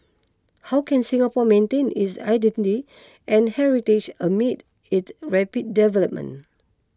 how can Singapore maintain is identity and heritage amid it rapid development